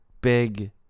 Big